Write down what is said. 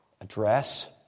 address